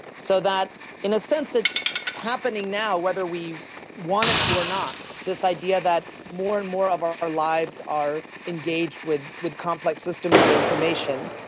so that in a sense it's happening now, whether we want it to or not, this idea that more and more of our our lives are engaged with with complex systems of information.